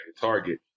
target